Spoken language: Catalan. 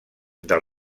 del